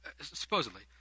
supposedly